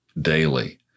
daily